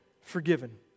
forgiven